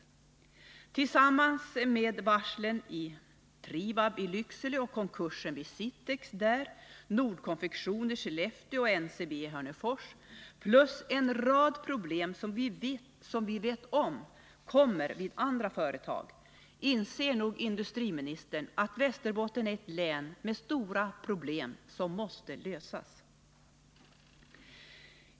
Detta tillsammans med varslen på Trivab i Lycksele och konkursen vid Sittex, problemen vid Nordkonfektion i Skellefteå och NCB i Hörnefors plus en rad problem som vi vet kommer att uppstå vid andra företag gör nog att industriministern inser att Västerbotten är ett län med stora problem som måste lösas.